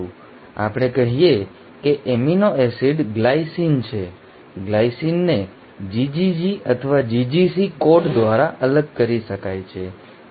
તો ચાલો આપણે કહીએ કે એમિનો એસિડ ગ્લાયસિન છે ગ્લાયસિનને GGG અથવા GGC દ્વારા કોડ કરી શકાય છે